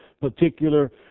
particular